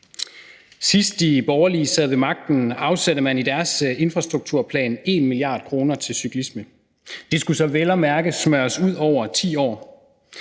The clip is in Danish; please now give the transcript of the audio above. Sidst de borgerlige sad ved magten, afsatte de i deres infrastrukturplan 1 mia. kr. til cyklisme. De skulle så vel at mærke smøres ud over 10 år.